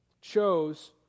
chose